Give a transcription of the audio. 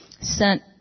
sent